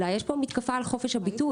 אלא יש פה מתקפה על חופש הביטוי.